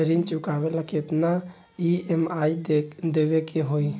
ऋण चुकावेला केतना ई.एम.आई देवेके होई?